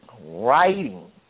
writing